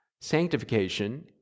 Sanctification